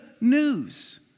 news